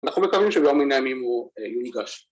‫אנחנו מקווים שביום מן הימים ‫הוא יהיה ניגש.